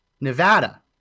Nevada